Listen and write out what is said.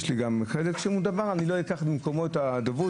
אני לא אקח במקומו את הדוברות.